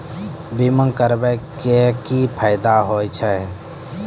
बीमा करबै के की फायदा होय छै?